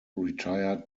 retired